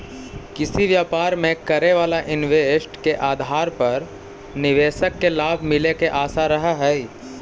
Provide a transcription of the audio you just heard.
किसी व्यापार में करे वाला इन्वेस्ट के आधार पर निवेशक के लाभ मिले के आशा रहऽ हई